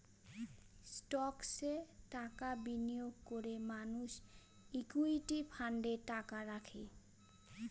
স্টকসে টাকা বিনিয়োগ করে মানুষ ইকুইটি ফান্ডে টাকা রাখে